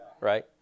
right